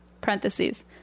Parentheses